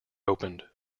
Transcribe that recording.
opened